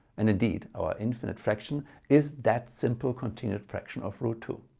and indeed our infinite fraction is that simple continued fraction of root two.